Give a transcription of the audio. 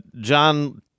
John